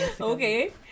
Okay